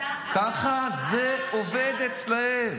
ככה זה עובד אצלם.